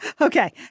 Okay